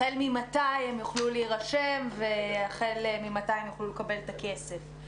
החל ממתי הם יוכלו להירשם והחל ממתי הם יוכלו לקבל את הכסף?